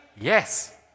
Yes